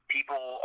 People